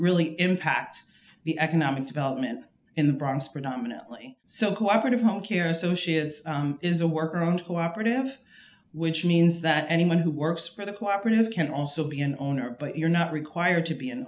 really impact the economic development in the bronx predominantly so cooperative home care associates is a work around to have which means that anyone who works for the co operative can also be an owner but you're not required to be an